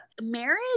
marriage